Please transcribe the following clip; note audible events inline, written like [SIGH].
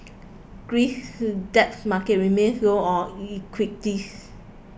Greece's debt market remains low on [UNINTELLIGIBLE]